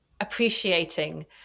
appreciating